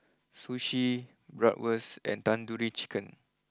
Sushi Bratwurst and Tandoori Chicken